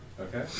Okay